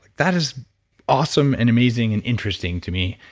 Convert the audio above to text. that is awesome and amazing and interesting to me,